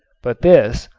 but this,